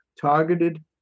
targeted